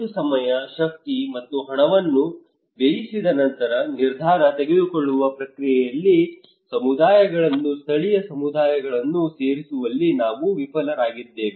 ಇಷ್ಟು ಸಮಯ ಶಕ್ತಿ ಮತ್ತು ಹಣವನ್ನು ವ್ಯಯಿಸಿದ ನಂತರ ನಿರ್ಧಾರ ತೆಗೆದುಕೊಳ್ಳುವ ಪ್ರಕ್ರಿಯೆಯಲ್ಲಿ ಸಮುದಾಯಗಳನ್ನು ಸ್ಥಳೀಯ ಸಮುದಾಯಗಳನ್ನು ಸೇರಿಸುವಲ್ಲಿ ನಾವು ವಿಫಲರಾಗಿದ್ದೇವೆ